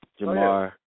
Jamar